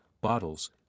bottles